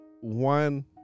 one